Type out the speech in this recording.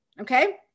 okay